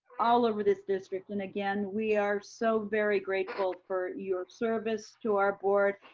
all over this district. and again, we are so very grateful for your service to our board.